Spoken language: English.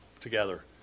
together